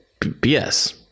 BS